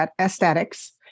aesthetics